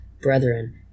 brethren